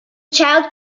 child